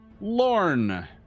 Lorne